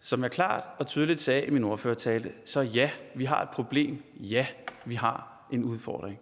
Som jeg klart og tydeligt sagde i min ordførertale, så ja, vi har et problem. Ja, vi har en udfordring.